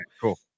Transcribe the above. Cool